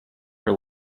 her